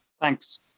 Thanks